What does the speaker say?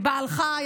היא בעל חיים.